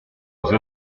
vous